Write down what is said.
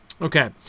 Okay